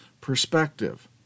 perspective